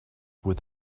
with